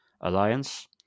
alliance